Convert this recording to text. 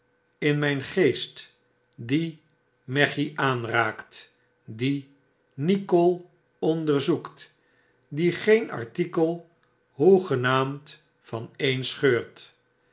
in mijn geest die m e c h i aanraakt die nico onderzoekt die geen artikel hoegenaamd vaneen